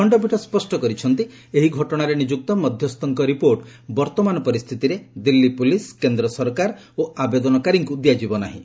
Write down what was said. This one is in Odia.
ଖଣ୍ଡପୀଠ ସ୍ୱଷ୍ଟ କରିଛନ୍ତି ଏହି ଘଟଣାରେ ନିଯୁକ୍ତ ମଧ୍ୟସ୍କଙ୍କ ରିପୋର୍ଟ ବର୍ତ୍ତମାନ ପରିସ୍ଥିତିରେ ଦିଲ୍ଲୀ ପୁଲିସ୍ କେନ୍ଦ୍ର ସରକାର ଓ ଆବେଦନକାରୀଙ୍କୁ ଦିଆଯିବ ନାହିଁ